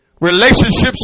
Relationships